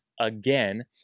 again